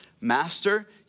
Master